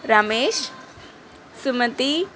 Ramesh Sumathi